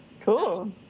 Cool